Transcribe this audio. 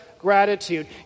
gratitude